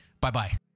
Bye-bye